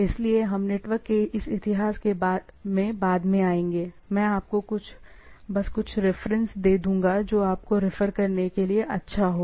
इसलिए हम नेटवर्क के इस इतिहास में बाद में आएंगे मैं आपको बस कुछ रिफरेंस दे दूंगा जो आपको रिफर करने के लिए अच्छा होगा